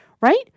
right